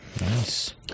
Nice